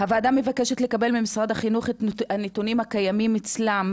הוועדה מבקשת לקבל ממשרד החינוך את הנתונים הקיימים אצלם,